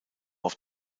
auf